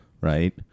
right